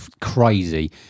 crazy